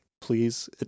please